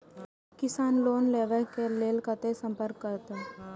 किसान लोन लेवा के लेल कते संपर्क करें?